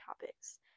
topics